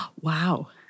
Wow